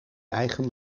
eigen